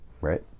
right